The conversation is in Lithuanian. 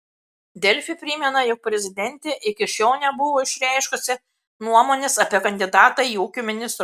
delfi primena jog prezidentė iki šiol nebuvo išreiškusi nuomonės apie kandidatą į ūkio ministrus